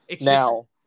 Now